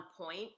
point